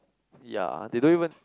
ya they don't even